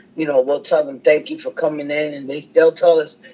you know, we'll tell them, thank you for coming in. and they they'll tell us,